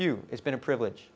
you it's been a privilege